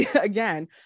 again